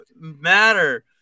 matter